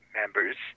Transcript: members